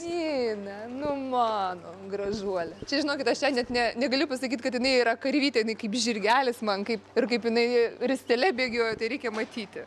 nina nu mano gražuole čia žinokit aš ją net ne negaliu pasakyt kad jinai yra karvytė jinai kaip žirgelis man kaip ir kaip jinai ristele bėgioja tai reikia matyti